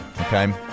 okay